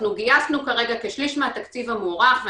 גייסנו כרגע כשליש מהתקציב המוערך,